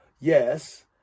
Yes